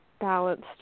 balanced